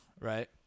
right